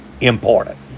important